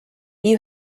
you